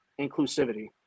inclusivity